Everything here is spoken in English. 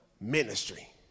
ministry